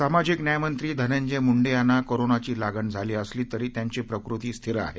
सामाजिक न्यायमंत्री धनंजय मुंडे यांना कोरोनाती लागण झाली असली तरी त्यांची प्रकृती स्थिर आहे